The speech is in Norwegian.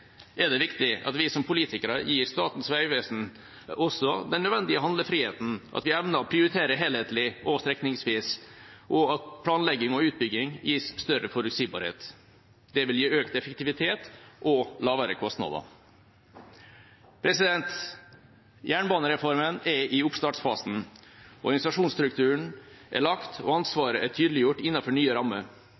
er det viktig at vi som politikere også gir Statens vegvesen den nødvendige handlefriheten, at vi evner å prioritere helhetlig og strekningsvist, og at planlegging og utbygging gis større forutsigbarhet. Det vil gi økt effektivitet og lavere kostnader. Jernbanereformen er i oppstartsfasen. Organisasjonsstrukturen er lagt, og ansvaret er tydeliggjort innenfor nye rammer.